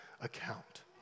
account